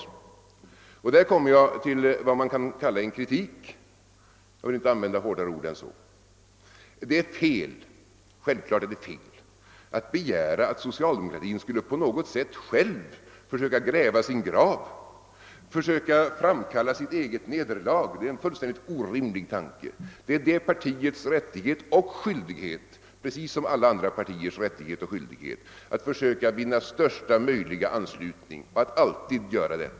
I det sammanhanget kommer jag fram till vad jag vill kalla en kritik, för att inte använda hårdare ord än så. Det är givetvis felaktigt att begära, att socialdemokratin skulle på något sätt själv försöka gräva sin grav, försöka framkalla sitt eget nederlag. Det är en fullständigt orimlig tanke. Partiet har, precis som alla andra partier, rättighet och skyldighet att alltid försöka vinna största möjliga anslutning.